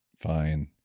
fine